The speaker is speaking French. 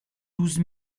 douze